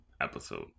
episode